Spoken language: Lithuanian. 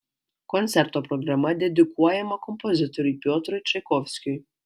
koncerto programa dedikuojama kompozitoriui piotrui čaikovskiui